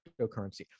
cryptocurrency